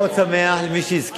אני מאוד שמח, למי שהזכיר.